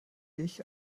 ich